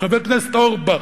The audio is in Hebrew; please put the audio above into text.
חבר הכנסת אורבך.